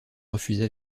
refusa